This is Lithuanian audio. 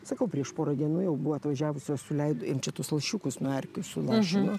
sakau prieš porą dienų jau buvo atvažiavusios suleido jiem čia tuos lašiukus nuo erkių sulašino